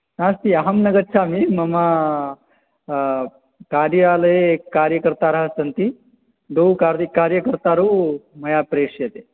नास्ति अहं न गच्छामि मम कार्यालये कार्यकर्तारः सन्ति द्वौ कार्य कार्यकर्तारौ मया प्रेष्यते